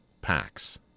packs